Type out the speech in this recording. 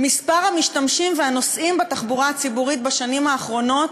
מספר המשתמשים והנוסעים בתחבורה הציבורית בשנים האחרונות,